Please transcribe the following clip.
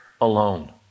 alone